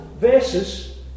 Versus